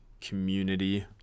community